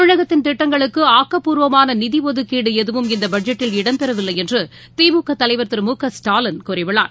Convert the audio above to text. தமிழகத்தின் திட்டங்களுக்கு ஆக்கப்பூர்வமான நிதி ஒதுக்கீடு எதுவும் இந்த பட்ஜெட்டில் இடம்பெறவில்லை என்று திமுக தலைவர் திரு மு க ஸ்டாலின் கூறியுள்ளார்